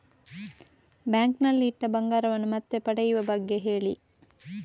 bank ನಲ್ಲಿ ಇಟ್ಟ ಬಂಗಾರವನ್ನು ಮತ್ತೆ ಪಡೆಯುವ ಬಗ್ಗೆ ಹೇಳಿ